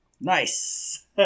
Nice